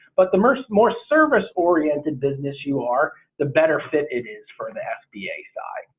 but the more more service-oriented business you are the better fit it is for the sba side.